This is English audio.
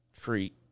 treat